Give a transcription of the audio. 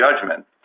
judgment